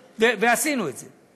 ועשינו את זה.